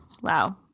Wow